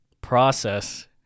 process